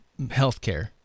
healthcare